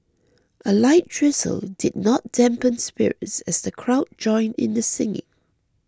a light drizzle did not dampen spirits as the crowd joined in the singing